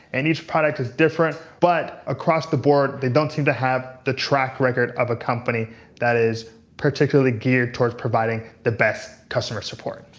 and each product is different, but across the board they don't seem to have the track record of a company that is particularly geared towards providing the best customer support.